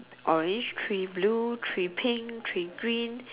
orange three blue three pink three green